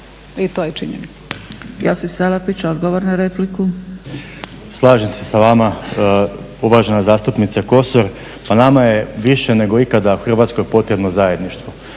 Josip Salapić. **Salapić, Josip (HDSSB)** Slažem se sa vama uvažena zastupnice Kosor. Pa nama je više nego ikada u Hrvatskoj potrebno zajedništvo.